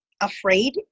afraid